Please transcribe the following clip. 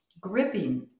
gripping